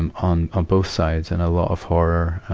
and on, on both sides. and a lot of horror,